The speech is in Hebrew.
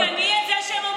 תגני את מה שהם,